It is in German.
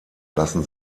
lassen